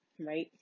right